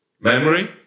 memory